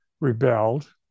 rebelled